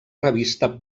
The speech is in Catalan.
revista